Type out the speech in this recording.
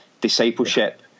discipleship